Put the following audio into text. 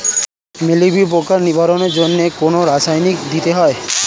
মিলভিউ পোকার নিবারণের জন্য কোন রাসায়নিক দিতে হয়?